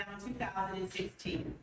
2016